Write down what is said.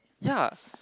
ya